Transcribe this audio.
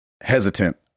hesitant